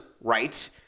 rights